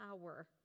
power